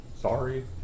Sorry